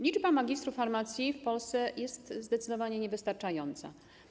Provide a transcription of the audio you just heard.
Liczba magistrów farmacji w Polsce jest zdecydowanie niewystarczająca.